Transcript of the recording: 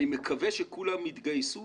אני מקווה שכולם יתגייסו